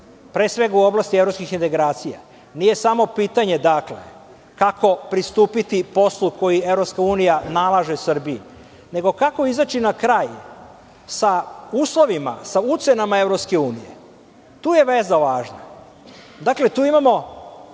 pre svega u oblasti evropskih integracija. Nije samo pitanje kako pristupiti poslu koji EU nalaže Srbiji, nego kako izaći na kraj sa uslovima, sa ucenama EU. Tu je veza lažna. Dakle, tu imamo